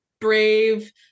brave